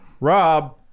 Rob